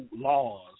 laws